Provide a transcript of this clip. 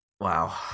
Wow